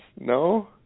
No